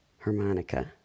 harmonica